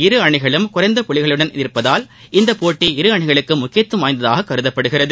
இரு அணிகளும் குறைந்த புள்ளிகளுடன் உள்ளதால் இந்த போட்டி இரு அணிகளுக்கு முக்கியத்துவம் வாய்ந்ததாக கருதப்படுகிறது